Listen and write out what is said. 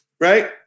Right